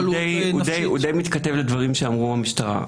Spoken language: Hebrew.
הוא די מתכתב לדברים שאמרו המשטרה.